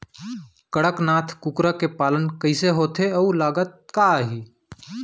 कड़कनाथ कुकरा के पालन कइसे होथे अऊ लागत का आही?